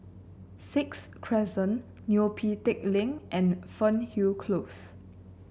Sixth Crescent Neo Pee Teck Lane and Fernhill Close